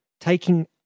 taking